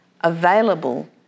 available